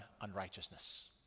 unrighteousness